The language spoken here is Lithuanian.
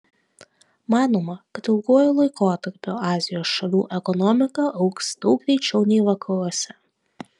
manoma kad ilguoju laikotarpiu azijos šalių ekonomika augs daug greičiau nei vakaruose